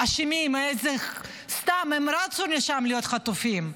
אשמים, סתם, הם רצו לשם להיות חטופים.